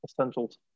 Essentials